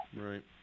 Right